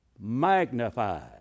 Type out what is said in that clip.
magnified